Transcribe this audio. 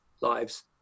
lives